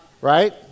Right